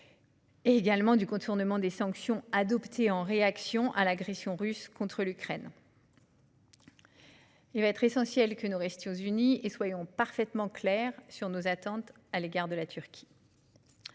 l'Otan et du contournement des sanctions adoptées en réaction à l'agression russe contre l'Ukraine. Il est essentiel que nous restions unis et que nous soyons parfaitement clairs quant à nos attentes à l'égard de la Turquie.